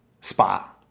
spa